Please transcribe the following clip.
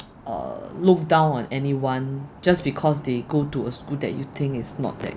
uh look down on anyone just because they go to a school that you think is not that